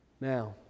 Now